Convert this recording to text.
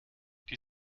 die